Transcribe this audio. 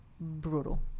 brutal